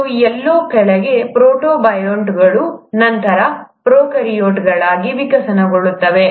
ಮತ್ತು ಎಲ್ಲೋ ಕೆಳಗೆ ಪ್ರೋಟೋಬಯಾಂಟ್ಗಳು ನಂತರ ಪ್ರೊಕಾರ್ಯೋಟ್ಗಳಾಗಿ ವಿಕಸನಗೊಳ್ಳುತ್ತವೆ